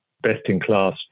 best-in-class